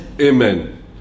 Amen